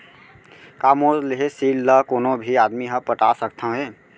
का मोर लेहे ऋण ला कोनो भी आदमी ह पटा सकथव हे?